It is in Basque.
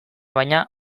bana